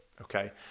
okay